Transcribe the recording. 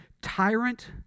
Tyrant